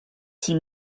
six